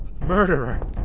murderer